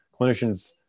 clinicians